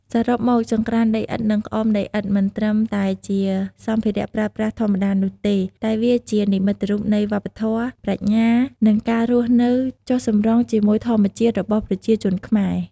សរុបមក ចង្ក្រានដីឥដ្ឋ និងក្អមដីឥដ្ឋ មិនត្រឹមតែជាសម្ភារៈប្រើប្រាស់ធម្មតានោះទេ តែវាជា និមិត្តរូបនៃវប្បធម៌ ប្រាជ្ញា និងការរស់នៅចុះសម្រុងជាមួយធម្មជាតិ របស់ប្រជាជនខ្មែរ។